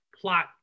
plot